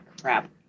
crap